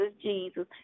Jesus